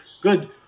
good